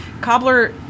Cobbler